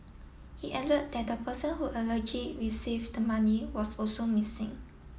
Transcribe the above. he added that the person who allergy received the money was also missing